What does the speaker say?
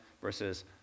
Versus